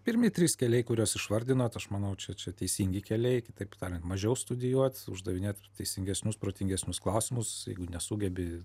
pirmi trys keliai kuriuos išvardinot aš manau čia čia teisingi keliai kitaip tariant mažiau studijuot uždavinėt teisingesnius protingesnius klausimus jeigu nesugebi